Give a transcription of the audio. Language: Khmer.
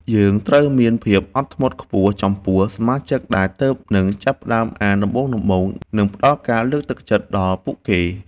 យើងត្រូវមានភាពអត់ធ្មត់ខ្ពស់ចំពោះសមាជិកដែលទើបនឹងចាប់ផ្ដើមអានដំបូងៗ និងផ្ដល់ការលើកទឹកចិត្តដល់ពួកគាត់។